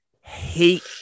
Hate